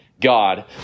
God